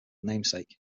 namesake